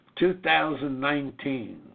2019